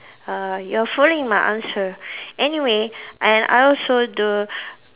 uh you're following my answer anyway I I also do